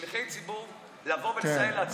כשליחי ציבור לבוא ולסייע לציבור.